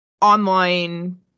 online